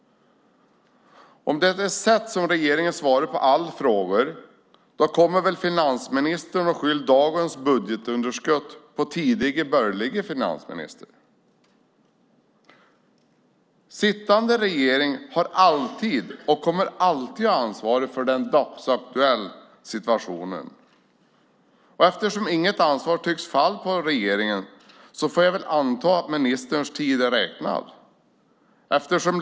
Om det är regeringens sätt att svara på alla frågor kommer väl finansministern att skylla dagens budgetunderskott på tidigare borgerlig finansminister. Sittande regering har alltid och kommer alltid att ha ansvaret för den dagsaktuella situationen. Men eftersom inget ansvar tycks falla på nuvarande regering får jag väl anta att ministerns tid så att säga är räknad.